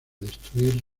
destruir